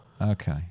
Okay